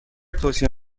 توصیه